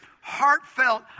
heartfelt